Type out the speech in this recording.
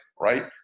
right